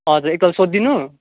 हजुर एकताल सोधिदिनु